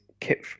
Kit